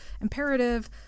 imperative